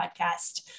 podcast